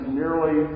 nearly